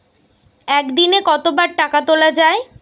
একদিনে কতবার টাকা তোলা য়ায়?